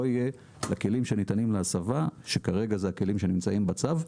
לא יהיה לכלים שניתנים להסבה שכרגע זה הכלים שנמצאים בצו,